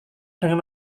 dengan